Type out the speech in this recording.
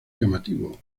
llamativo